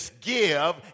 give